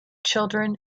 children